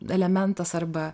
elementas arba